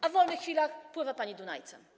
A w wolnych chwilach pływa pani Dunajcem.